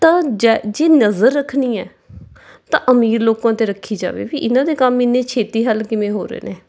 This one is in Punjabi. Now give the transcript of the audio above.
ਤਾਂ ਜੇ ਜੇ ਨਜ਼ਰ ਰੱਖਣੀ ਹੈ ਤਾਂ ਅਮੀਰ ਲੋਕਾਂ 'ਤੇ ਰੱਖੀ ਜਾਵੇ ਵੀ ਇਹਨਾਂ ਦੇ ਕੰਮ ਇੰਨੇ ਛੇਤੀ ਹੱਲ ਕਿਵੇਂ ਹੋ ਰਹੇ ਨੇ